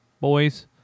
boys